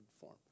form